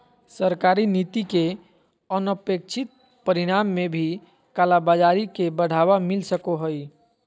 सरकारी नीति के अनपेक्षित परिणाम में भी कालाबाज़ारी के बढ़ावा मिल सको हइ